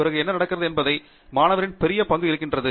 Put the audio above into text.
பிறகு என்ன நடக்கிறது என்பதில் மாணவரின் பெரிய பங்கு இருக்கிறது